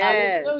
Yes